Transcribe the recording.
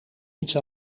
niets